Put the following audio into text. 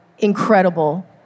incredible